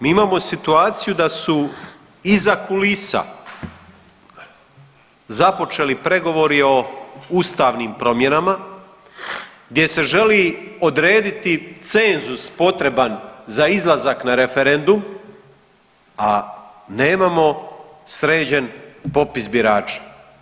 Mi imamo situaciju da su iza kulisa započeli pregovori o ustavnim promjenama gdje se želi odrediti cenzus potreban za izlazak na referendum, a nemamo sređen popis birača.